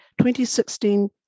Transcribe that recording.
2016